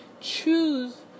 choose